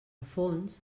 fons